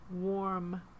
warm